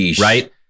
right